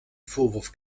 vorwurf